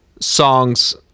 songs